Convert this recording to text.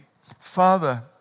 Father